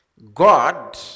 God